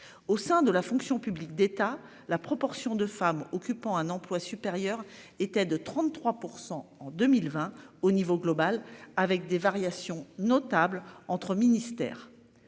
au sein de la fonction publique d'État, la proportion de femmes occupant un emploi supérieur était de 33% en 2020 au niveau global, avec des variations notables entre ministères.